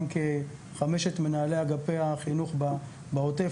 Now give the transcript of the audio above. גם כחמשת מנהלי אגפי החינוך בעוטף,